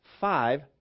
five